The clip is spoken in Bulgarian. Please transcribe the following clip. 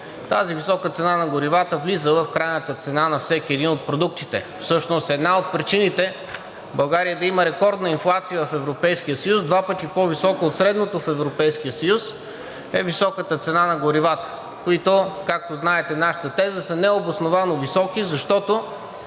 тази висока цена на горивата влиза в крайната цена на всеки един от продуктите. Всъщност една от причините България да има рекордна инфлация в Европейския съюз – два пъти по-висока от средното в Европейския съюз, е високата цена на горивата, които, както знаете нашата теза, са необосновано високи, защото